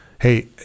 Hey